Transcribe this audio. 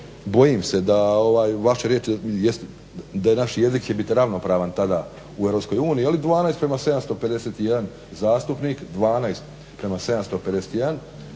riječi da naš jezik će bit ravnopravan tada u Europskoj uniji, 12 prema 751 zastupnik, 12 prema 751